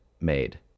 made